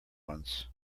ones